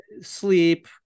sleep